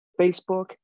Facebook